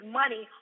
money